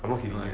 no P_D_P_A